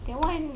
that [one]